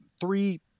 three